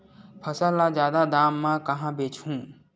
फसल ल जादा दाम म कहां बेचहु?